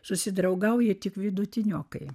susidraugauja tik vidutiniokai